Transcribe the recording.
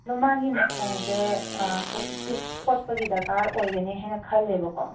ꯑꯗꯨ ꯃꯥꯒꯤ ꯃꯈꯣꯡꯁꯦ ꯑꯥ ꯑꯩꯈꯣꯏ ꯏꯁꯇꯤꯁ ꯐꯣꯠꯄꯒꯤ ꯗꯔꯀꯥꯔ ꯑꯣꯏꯒꯅꯤ ꯍꯥꯏꯅ ꯈꯜꯂꯦꯕꯀꯣ